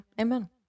amen